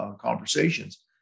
conversations